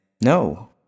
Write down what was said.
No